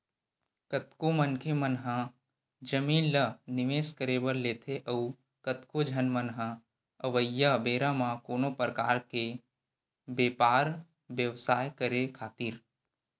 कतको मनखे मन ह जमीन ल निवेस करे बर लेथे अउ कतको झन मन ह अवइया बेरा म कोनो परकार के बेपार बेवसाय करे खातिर